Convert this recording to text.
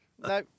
No